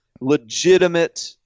legitimate